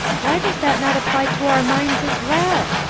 why does that not apply to our minds as well?